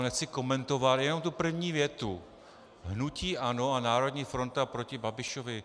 Nechci komentovat, jenom tu první větu hnutí ANO a národní fronta proti Babišovi...